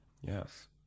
Yes